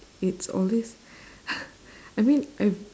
it's always I mean I